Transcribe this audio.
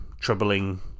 troubling